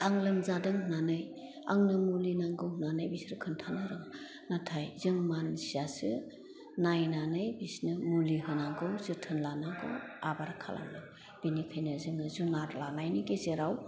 आं लोमजादों होन्नानै आंनो मुलि नांगौ होन्नानै बेसोर खोन्थानो रोङा नाथाइ जों मानसियासो नायनानै बिसोरनो मुलि होनांगौ जोथोन लानांगौ आबार खालामनांगौ बिनिखायनो जोङो जुनार लानायनि गेजेराव